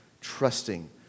trusting